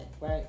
Right